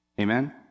Amen